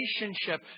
relationship